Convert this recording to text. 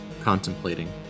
contemplating